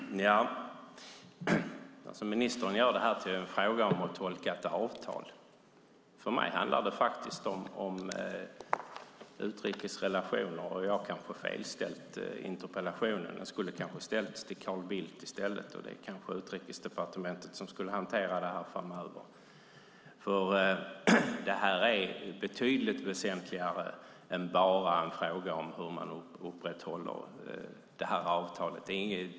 Herr talman! Ministern gör detta till en fråga om att tolka ett avtal. För mig handlar det faktiskt om utrikes relationer. Jag kanske har ställt interpellationen till fel person. Den skulle kanske ha ställts till Carl Bildt i stället. Det kanske är Utrikesdepartementet som ska hantera detta framöver. Detta är betydligt väsentligare än att vara bara en fråga om hur man upprätthåller detta avtal.